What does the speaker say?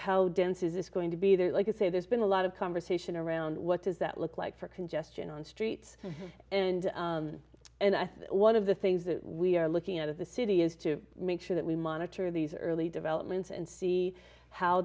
this going to be there like you say there's been a lot of conversation around what does that look like for congestion on streets and and i think one of the things that we are looking at of the city is to make sure that we monitor these early developments and see how